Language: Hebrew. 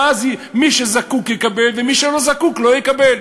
ואז מי שזקוק יקבל ומי שלא זקוק לא יקבל.